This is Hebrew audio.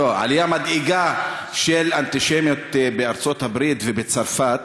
של אנטישמיות בארצות-הברית ובצרפת.